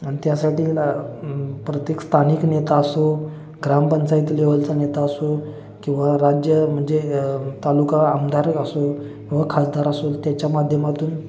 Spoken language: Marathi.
आणि त्यासाठी प्रत्येक स्थानिक नेता असो ग्रामपंचायत लेवलचा नेता असो किंवा राज्य म्हणजे तालुका आमदार असो किंवा खासदार असो त्याच्या माध्यमातून